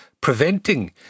preventing